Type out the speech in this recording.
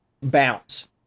bounce